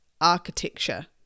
architecture